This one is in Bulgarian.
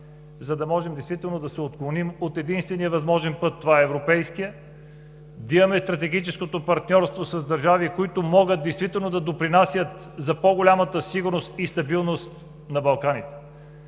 действително да се отклоним от единствения възможен път – европейския, да имаме стратегическото партньорство с държави, които могат действително да допринасят за по-голямата сигурност и стабилност на Балканите,